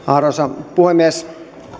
arvoisa puhemies tänään